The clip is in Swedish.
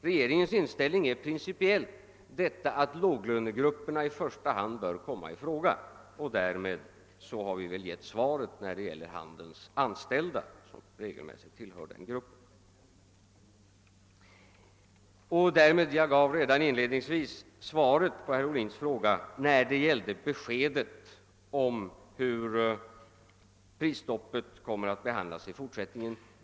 Regeringens inställning är principiellt att låglönegrupper na i första hand skall komma i fråga, och därmed har vi väl också gett svaret när det gäller handelns anställda, som regelmässigt tillhör den gruppen. Jag gav redan inledningsvis svaret på herr Ohlins fråga om hur prisstoppet kommer att behandlas i fortsättningen.